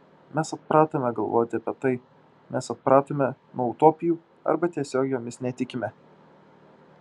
mes atpratome galvoti apie tai mes atpratome nuo utopijų arba tiesiog jomis netikime